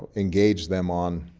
engage them on